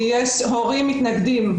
כי יש הורים מתנגדים,